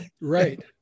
Right